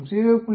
0